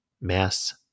Mass